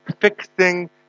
fixing